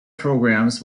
programs